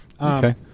Okay